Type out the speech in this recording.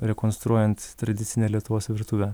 rekonstruojant tradicinę lietuvos virtuvę